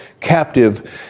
captive